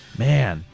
man,